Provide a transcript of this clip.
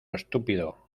estúpido